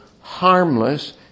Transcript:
harmless